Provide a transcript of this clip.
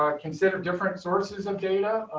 um consider different sources of data,